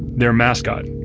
their mascot,